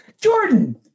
Jordan